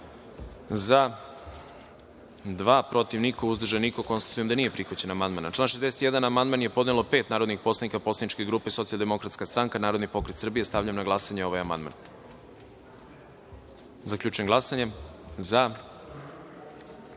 – dva, protiv – niko, uzdržanih – nema. Konstatujem da nije prihvaćen amandman. Na član 94. amandman je podnelo pet narodnih poslanika Poslaničke grupe Socijaldemokratska stranka, Narodni pokret Srbije. Stavljam na glasanje ovaj amandman. Zaključujem glasanje i